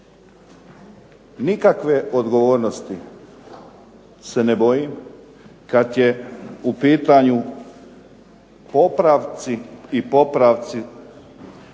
Nikakve odgovornosti se ne bojim kada su u pitanju popravci i popravci